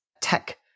tech